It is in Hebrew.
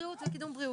בריאות וקידום בריאות,